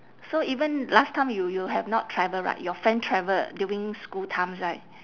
so even last time you you have not travel right your friend travel during school times right